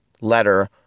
letter